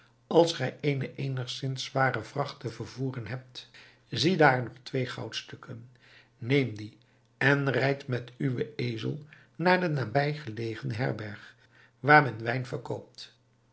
als gij eene eenigzins zware vracht te vervoeren hebt ziedaar nog twee goudstukken neem die en rijd met uwen ezel naar de naastbijgelegen herberg waar men wijn verkoopt